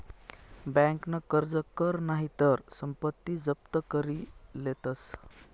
बँकन कर्ज कर नही तर संपत्ती जप्त करी लेतस